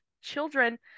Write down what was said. children